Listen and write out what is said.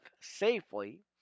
safely